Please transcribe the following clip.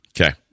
Okay